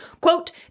Quote